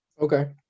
Okay